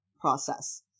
process